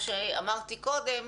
כמו שאמרתי קודם,